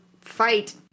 fight